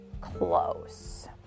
close